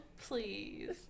Please